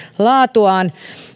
laatuaan